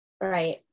right